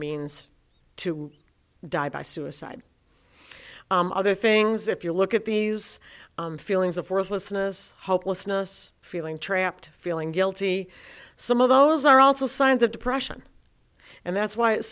means to die by suicide other things if you look at these feelings of worthlessness hopelessness feeling trapped feeling guilty some of those are also signs of depression and that's why it's